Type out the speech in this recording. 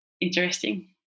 interesting